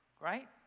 right